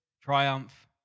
triumph